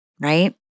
Right